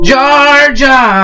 Georgia